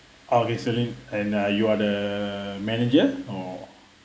okay celine and uh you are the manager or